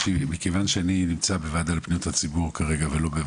אנחנו עלינו פה על משהו